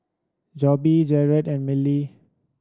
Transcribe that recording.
Jobe Jarrad and Miley